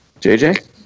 JJ